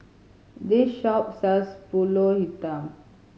this shop sells Pulut Hitam